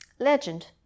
Legend